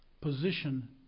position